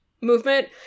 movement